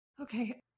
Okay